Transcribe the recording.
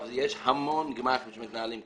יש המון גמ"חים שמתנהלים כך.